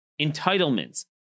entitlements